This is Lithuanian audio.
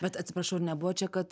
bet atsiprašau ar nebuvo čia kad